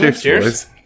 cheers